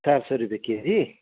चार सौ रुपियाँ केजी